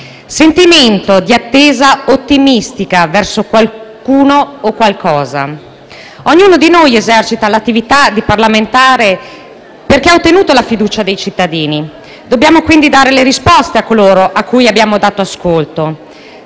«sentimento di attesa ottimistica verso qualcuno o qualcosa». Ognuno di noi esercita l'attività di parlamentare, perché ha ottenuto la fiducia dei cittadini. Dobbiamo quindi dare le risposte a coloro ai quali abbiamo dato ascolto.